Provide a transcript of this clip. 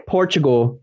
Portugal